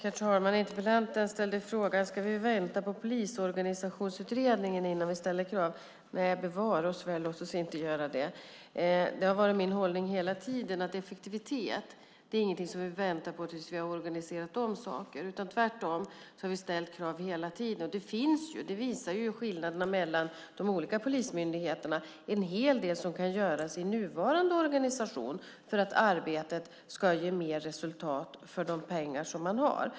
Herr talman! Interpellanten ställde frågan: Ska vi vänta på Polisorganisationskommittén innan vi ställer krav? Nej, bevare oss väl, låt oss inte göra det! Det har varit min hållning hela tiden att effektivitet inte är något som vi väntar på tills vi har organiserat om saker. Tvärtom har vi ställt krav hela tiden. Det finns, och det visar skillnaderna mellan de olika polismyndigheterna, en hel del som kan göras i nuvarande organisation för att arbetet ska ge mer resultat för de pengar som man har.